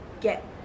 get